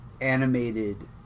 animated